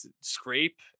scrape